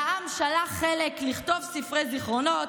והעם שלח חלק לכתוב ספרי זיכרונות,